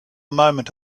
moment